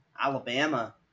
Alabama